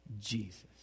Jesus